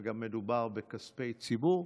שגם מדובר בכספי ציבור,